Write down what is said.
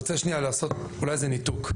ואני רוצה שנייה לעשות אולי איזשהו ניתוק.